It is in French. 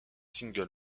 single